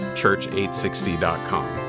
church860.com